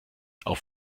auf